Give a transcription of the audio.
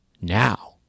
Now